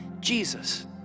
Jesus